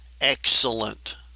excellent